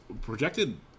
projected